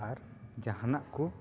ᱟᱨ ᱡᱟᱦᱟᱱᱟᱜ ᱠᱩ